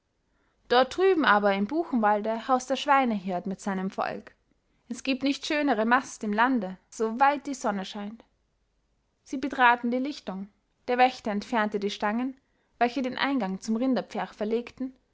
dort drüben aber im buchenwalde haust der schweinhirt mit seinem volk es gibt nicht schönere mast im lande soweit die sonne scheint sie betraten die lichtung der wächter entfernte die stangen welche den eingang zum rinderpferch verlegten